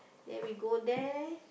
then we go there